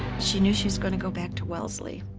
she knew she was going to go back to wellesley,